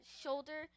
shoulder